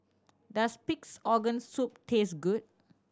does Pig's Organ Soup taste good